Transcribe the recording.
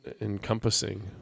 encompassing